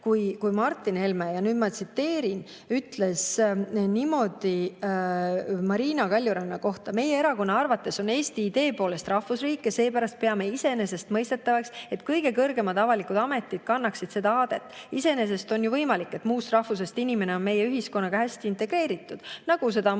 kui Martin Helme – ja nüüd ma tsiteerin – ütles Marina Kaljuranna kohta niimoodi: "Meie erakonna arvates on Eesti idee poolest rahvusriik ja seepärast peame iseenesestmõistetavaks, et kõige kõrgemad avalikud ametid kannaksid seda aadet. Iseenesest on ju võimalik, et [muust rahvusest] inimene on meie ühiskonnaga hästi integreeritud, nagu seda on